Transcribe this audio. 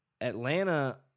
Atlanta